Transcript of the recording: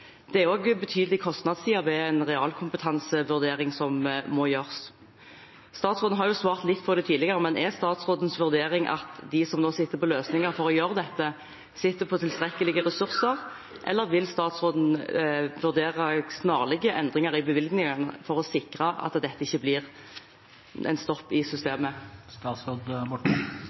Det er også en betydelig kostnadsside ved den realkompetansevurderingen som må gjøres. Statsråden har svart litt på det tidligere, men er statsrådens vurdering at de som nå sitter på løsninger for å gjøre dette, sitter på tilstrekkelige ressurser? Eller vil statsråden vurdere snarlige endringer i bevilgningene for å sikre at dette ikke blir en stopp i systemet?